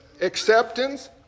acceptance